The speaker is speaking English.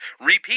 Repeat